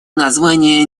названия